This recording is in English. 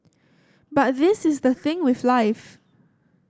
but this is the thing with life